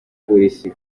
polisi